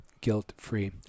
guilt-free